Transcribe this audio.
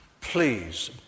Please